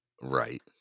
right